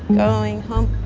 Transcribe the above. going home.